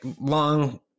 long –